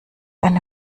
eine